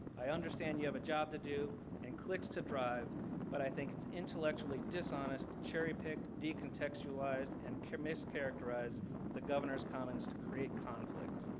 i understand you have a job to do and clicks to drive but i think it's intellectually dishonest, cherry-picked, de-contextualized and mis-characterized the governor's comments to create conflict.